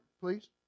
please